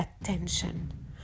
attention